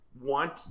want